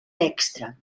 extra